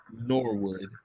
Norwood